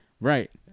Right